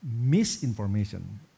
Misinformation